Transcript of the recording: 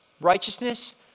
Righteousness